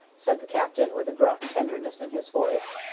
said the captain, with a gruff tenderness in his voice.